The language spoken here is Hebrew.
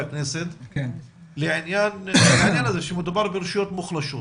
הכנסת לעניין הזה שמדובר ברשויות מוחלשות